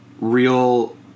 real